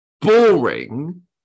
boring